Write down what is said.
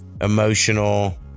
emotional